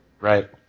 Right